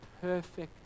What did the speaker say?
perfect